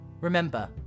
Remember